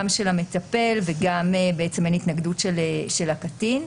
גם של המטפל וגם אין התנגדות של הקטין.